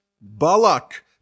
Balak